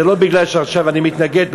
זה לא מפני שעכשיו אני מתנגד,